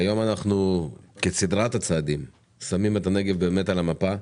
היום, כסדרת הצעדים, אנחנו שמים את הנגב על המפה.